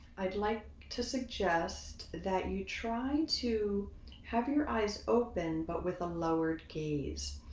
i'd like to suggest that you try to have your eyes open, but with a lowered gaze.